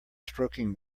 stroking